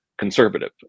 Conservative